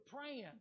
praying